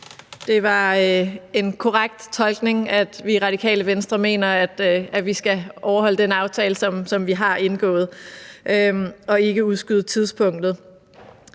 Det var en korrekt tolkning, at vi i Det Radikale Venstre mener, at vi skal overholde den aftale, som vi har indgået, og ikke udskyde tidspunktet.